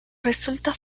resulta